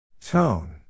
Tone